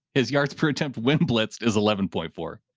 his yards per attempt when blitz is eleven point four.